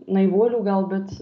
naivuolių gal bet